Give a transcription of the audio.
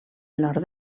nord